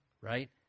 right